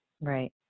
Right